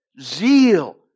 Zeal